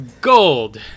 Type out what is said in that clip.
Gold